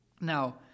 Now